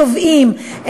תובעים,